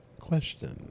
question